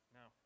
no